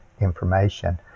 information